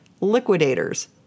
liquidators